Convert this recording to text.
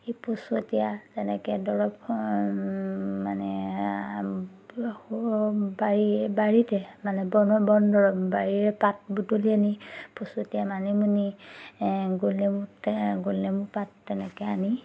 সেই পচতীয়া তেনেকৈ দৰৱ মানে বাৰী বাৰীতে মানে বন বন দৰৱ বাৰীৰে পাত বুটলি আনি পচতীয়া মানিমুনি গোলনেমু গোলনেমু পাত তেনেকৈ আনি